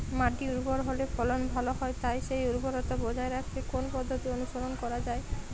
মাটি উর্বর হলে ফলন ভালো হয় তাই সেই উর্বরতা বজায় রাখতে কোন পদ্ধতি অনুসরণ করা যায়?